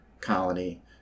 colony